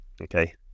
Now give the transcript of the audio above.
okay